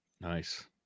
Nice